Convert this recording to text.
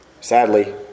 Sadly